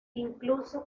incluso